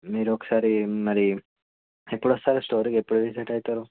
మీరు ఒకసారి మరీ ఎప్పుడు వస్తారు స్టోర్కి ఎప్పుడు విజిట్ అవుతారు